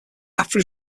after